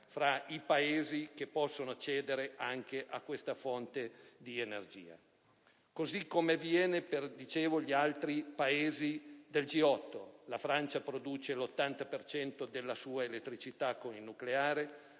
fra i Paesi che possono accedere anche a questa fonte di energia, così come avviene per gli altri Paesi del G8. La Francia produce l'80 per cento della sua elettricità con il nucleare,